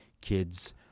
kids